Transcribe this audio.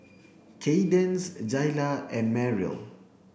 Kadence Jaylah and Merrill